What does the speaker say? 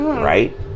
Right